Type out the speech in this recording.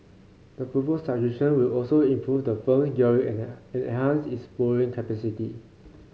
the proposed subscription will also improve the firm's gearing and enhance its borrowing capacity